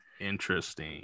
Interesting